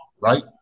Right